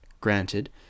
granted